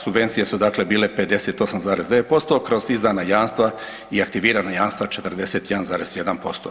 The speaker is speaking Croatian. Subvencije su dakle bile 58,9% kroz izdana jamstva i aktivirana jamstva 41,1%